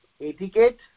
etiquette